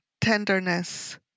tenderness